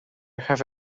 have